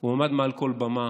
הוא עמד מעל כל במה